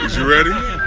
is he ready?